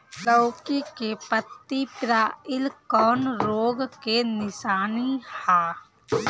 लौकी के पत्ति पियराईल कौन रोग के निशानि ह?